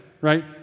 right